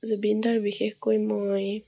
জুবিনদাৰ বিশেষকৈ মই